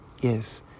yes